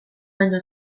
baino